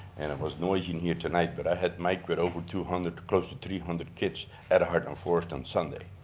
and it was noisy in here tonight but i had mike read over two hundred to close to three hundred kids at heartland forest on sunday.